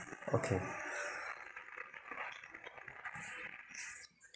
okay